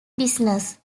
business